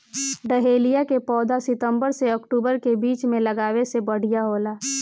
dahlia के पौधा सितंबर से अक्टूबर के बीच में लागावे से बढ़िया होला